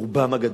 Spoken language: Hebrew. ברובן הגדול,